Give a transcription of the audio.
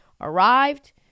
arrived